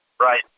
Right